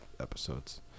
episodes